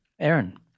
Aaron